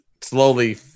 slowly